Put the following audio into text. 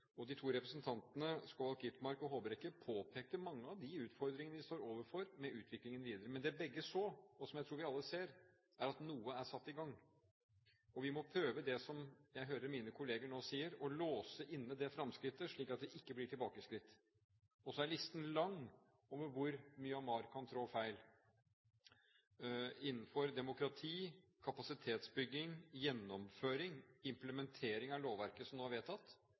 De to representantene Skovholt Gitmark og Håbrekke påpekte mange av de utfordringene vi står overfor når det gjelder utviklingen videre. Men det begge så, og som jeg tror vi alle ser, er at noe er satt i gang. Vi må prøve det som jeg hører mine kolleger nå sier, å låse inne det framskrittet, slik at det ikke blir tilbakeskritt. Og så er listen lang over hvor Myanmar kan trå feil innenfor demokrati, kapasitetsbygging, gjennomføring, implementering av lovverket som nå er vedtatt,